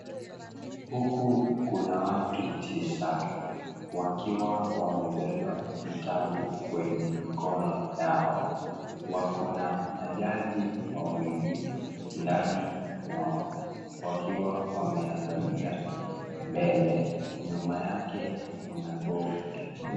Huku kuna watu tisa. Wakiwa wamebeba vitabu kwenye mikono yao wako na majaji wawili ndani mwao. Wakiwa wameangalia mbele, nyuma yake kuna bodi.